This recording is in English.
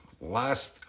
last